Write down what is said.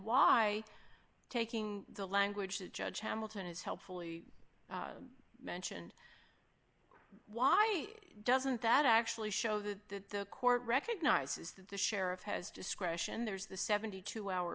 why taking the language that judge hamilton has helpfully mentioned why doesn't that actually show that the court recognizes that the sheriff has discretion there's the seventy two hour